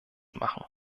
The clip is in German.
machen